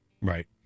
Right